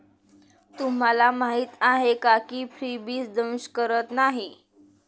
तुम्हाला माहीत आहे का की फ्रीबीज दंश करत नाही